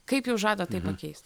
kaip jūs žadat tai pakeist